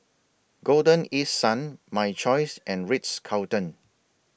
Golden East Sun My Choice and Ritz Carlton